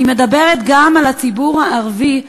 אני מדברת גם על הציבור הערבי,